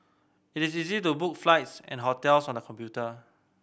it is easy to book flights and hotels on the computer